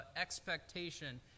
expectation